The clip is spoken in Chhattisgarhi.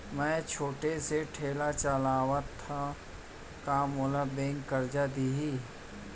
मैं छोटे से ठेला चलाथव त का मोला बैंक करजा दिही?